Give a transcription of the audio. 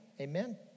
Amen